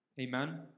Amen